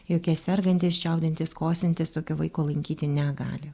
jokie sergantys čiaudintys kosintys tokio vaiko lankyti negali